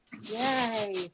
Yay